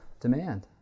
demand